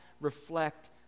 reflect